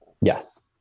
Yes